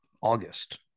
August